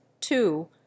two